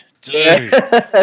Dude